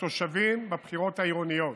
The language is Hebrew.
לתושבים בבחירות העירוניות,